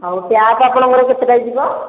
ଆଉ ଟ୍ୟାପ୍ ଆପଣଙ୍କର କେତେଟା ଯିବ